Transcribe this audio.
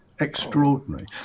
extraordinary